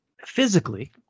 Physically